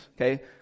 okay